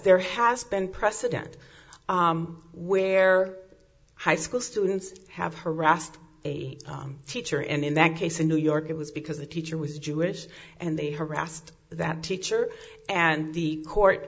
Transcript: there has been precedent where high school students have harassed a teacher and in that case in new york it was because the teacher was jewish and they harassed that teacher and the court